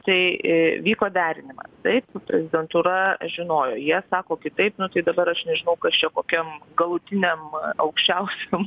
tai vyko derinimas taip prezidentūra žinojo jie sako kitaip tai dabar aš nežinau kas čia kokiam galutiniam aukščiausiam